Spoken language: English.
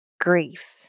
grief